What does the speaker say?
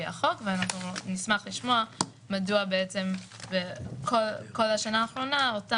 לפי החוק ואנחנו נשמח לשמוע מדוע בעצם כל השנה האחרונה אותו